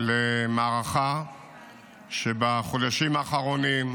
למערכה שבחודשים האחרונים,